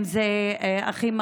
אם זה אחים,